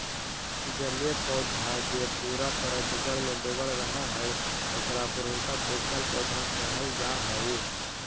जलीय पौधा जे पूरा तरह से जल में डूबल रहऽ हई, ओकरा पूर्णतः डुबल पौधा कहल जा हई